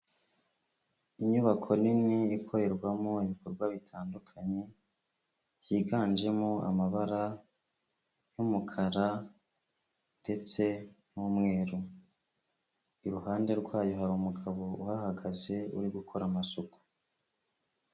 Inyubako nini ikorerwamo ibikorwa bitandukanye, byiganjemo amabara y'umukara ndetse n'umweru, iruhande rwayo hari umugabo uhahagaze uri gukora amasuku.